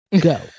Go